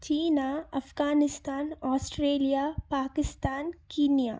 China Afghanistan Australia Pakistan Kenya